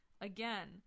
Again